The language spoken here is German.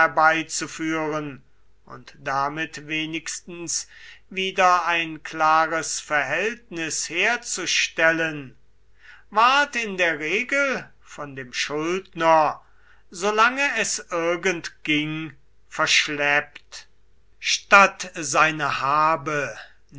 herbeizuführen und damit wenigstens wieder ein klares verhältnis herzustellen ward in der regel von dem schuldner solange es irgend ging verschleppt statt seine habe